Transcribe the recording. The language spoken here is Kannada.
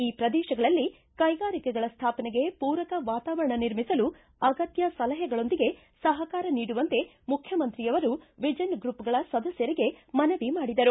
ಈ ಪ್ರದೇಶಗಳಲ್ಲಿ ಕೈಗಾರಿಕೆಗಳ ಸ್ಥಾಪನೆಗೆ ಪೂರಕ ವಾತಾವರಣ ನಿರ್ಮಿಸಲು ಅಗತ್ಯ ಸಲಹೆಗಳೊಂದಿಗೆ ಸಹಕಾರ ನೀಡುವಂತೆ ಮುಖ್ಚಮಂತ್ರಿಯವರು ವಿಜನ್ ಗ್ರೂಪ್ಗಳ ಸದಸ್ಥರಿಗೆ ಮನವಿ ಮಾಡಿದರು